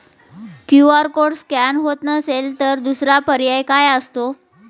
QR code scan होत नसेल तर दुसरा पर्याय काय असतो?